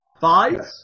five